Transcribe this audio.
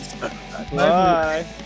Bye